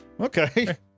okay